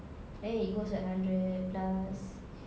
then it goes at hundred plus